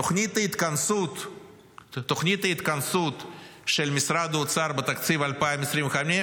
תוכנית ההתכנסות של משרד האוצר בתקציב 2025,